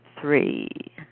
three